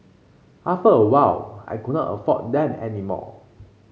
after a while I could not afford them any more